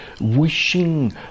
wishing